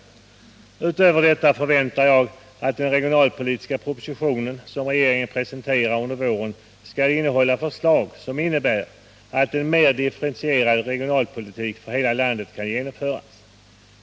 Därutöver förväntar jag att den regionalpolitiska proposition som regeringen kommer att presentera under våren skall innehålla förslag som innebär att en mer differentierad regionalpolitik för hela landet kan genomföras.